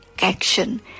action